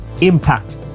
impact